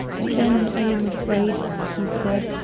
then i am afraid, he said,